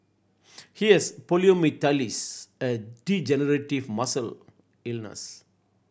he has poliomyelitis a degenerative muscle illness